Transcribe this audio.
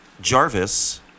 Jarvis